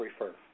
refer